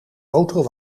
auto